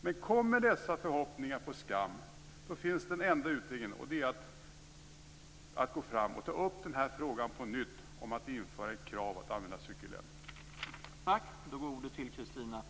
Men kommer dessa förhoppningar på skam är enda utvägen att ta upp frågan om att införa krav på att använda cykelhjälm på nytt.